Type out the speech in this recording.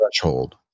threshold